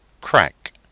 CRACK